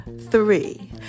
three